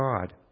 God